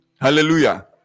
Hallelujah